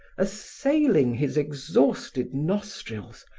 assailing his exhausted nostrils,